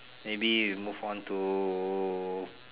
maybe we move on to